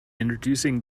introducing